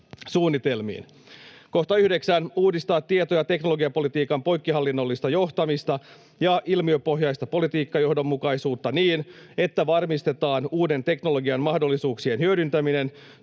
9) uudistaa tieto- ja teknologiapolitiikan poikkihallinnollista johtamista ja ilmiöpohjaista politiikkajohdonmukaisuutta niin että varmistetaan uuden teknologian mahdollisuuksien hyödyntäminen